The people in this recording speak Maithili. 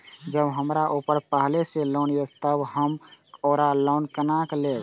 जब हमरा ऊपर पहले से लोन ये तब हम आरो लोन केना लैब?